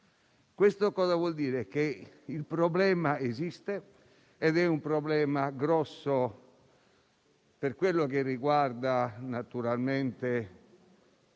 Questo vuol dire che il problema esiste ed è un problema grosso che riguarda naturalmente